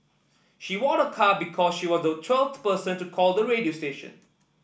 she won a car because she was the twelfth person to call the radio station